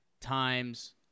times